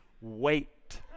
wait